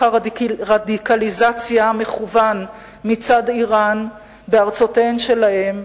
הרדיקליזציה המכוון מצד אירן בארצותיהן שלהן.